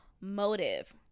motive